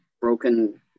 broken